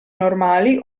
normali